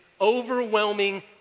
overwhelming